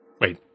wait